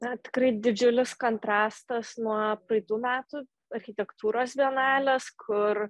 na tikrai didžiulis kontrastas nuo praeitų metų architektūros bienalės kur